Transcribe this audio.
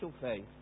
faith